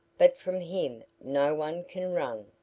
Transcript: but from him no one can run.